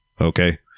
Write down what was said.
Okay